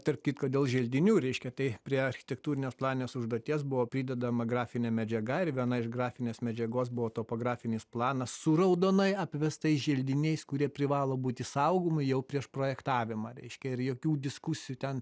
tarp kitko dėl želdinių reiškia tai prie architektūrinės planinės užduoties buvo pridedama grafinė medžiaga ir viena iš grafinės medžiagos buvo topografinis planas su raudonai apvestais želdiniais kurie privalo būti saugomi jau prieš projektavimą reiškia ir jokių diskusijų ten